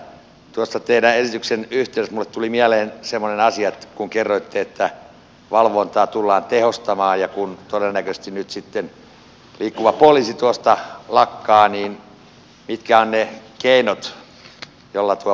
tuossa teidän esityksenne yhteydessä minulle tuli mieleen semmoinen asia että kun kerroitte että valvontaa tullaan tehostamaan ja kun todennäköisesti nyt sitten liikkuva poliisi tuosta lakkaa niin mitkä ovat ne keinot joilla tuota valvontaa pystytään tehostamaan